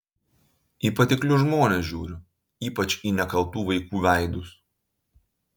į patiklius žmones žiūriu ypač į nekaltų vaikų veidus